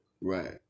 Right